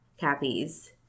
Cappies